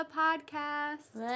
podcast